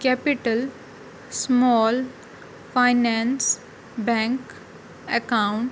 capital small finance bank account